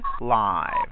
Live